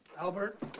Albert